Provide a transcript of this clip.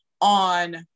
on